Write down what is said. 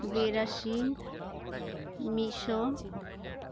ᱵᱤᱨᱟᱥᱤ ᱢᱤᱫᱥᱚ